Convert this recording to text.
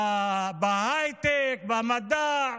בהייטק, במדע,